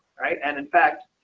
right. and in fact,